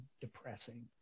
depressing